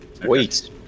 Wait